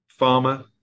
pharma